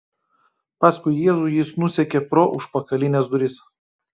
paskui jėzų jis nusekė pro užpakalines duris